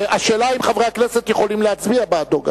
והשאלה היא גם אם חברי הכנסת יכולים להצביע בעדו.